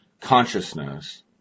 consciousness